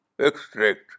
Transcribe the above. extract